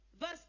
Verse